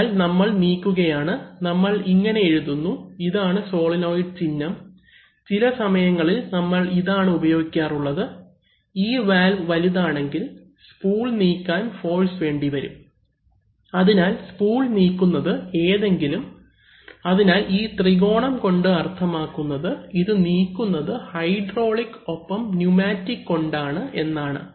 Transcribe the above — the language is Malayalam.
അതിനാൽ നമ്മൾ നീക്കുകയാണ് നമ്മൾ ഇങ്ങനെ എഴുതുന്നു ഇതാണ് സോളിനോയ്ഡ് ചിഹ്നം ചില സമയങ്ങളിൽ നമ്മൾ ഇതാണ് ഉപയോഗിക്കാറുള്ളത് ഈ വാൽവ് വലുതാണെങ്കിൽ സ്പൂൾ നീക്കാൻ ഫോഴ്സ് വേണ്ടിവരും അതിനാൽ സ്പൂൾ നീക്കുന്നത് ഏതെങ്കിലും അതിനാൽ ഈ ത്രികോണം കൊണ്ട് അർത്ഥമാക്കുന്നത് ഇത് നീക്കുന്നത് ഹൈഡ്രോളിക് ഒപ്പം ന്യൂമാറ്റിക് കൊണ്ടാണ് എന്നാണ്